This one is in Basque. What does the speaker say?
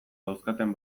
dauzkaten